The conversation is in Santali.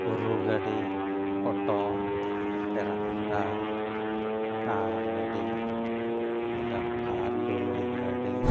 ᱜᱳᱨᱩᱨ ᱜᱟᱹᱰᱤ ᱚᱴᱳ ᱴᱨᱟᱠᱴᱟᱨ ᱠᱟᱨ ᱜᱟᱹᱰᱤ ᱰᱟᱢᱯᱷᱟᱨ ᱰᱩᱞᱩᱝ ᱜᱟᱹᱰᱤ